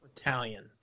Italian